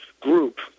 group